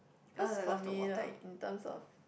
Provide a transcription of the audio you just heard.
cause for me like in terms of